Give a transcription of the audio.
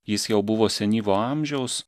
jis jau buvo senyvo amžiaus